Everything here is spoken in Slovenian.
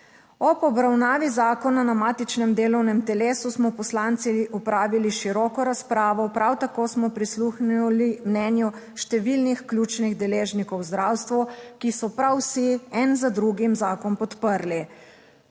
Ob obravnavi zakona na matičnem delovnem telesu smo poslanci opravili široko razpravo, prav tako smo prisluhnili mnenju številnih ključnih deležnikov v zdravstvu, ki so prav vsi en za drugim zakon podprli.